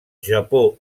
japó